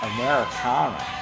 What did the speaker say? Americana